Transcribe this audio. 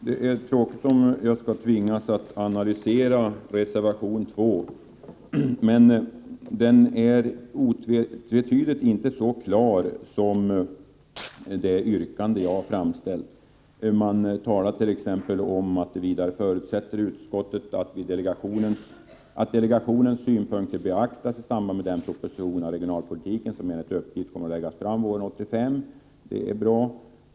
Det är tråkigt om jag skall tvingas att analysera reservation 2, men den är otvetydigt inte så klar som det yrkande jag har framställt. Man säger t.ex.: ”Vidare förutsätter utskottet att delegationens synpunkter beaktas i samband med den proposition om regionalpolitiken som enligt uppgift kommer att läggas fram under våren 1985.” Det är bra.